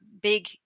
big